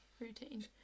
routine